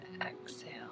exhale